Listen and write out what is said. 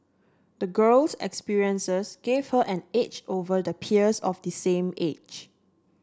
the girl's experiences gave her an edge over the peers of the same age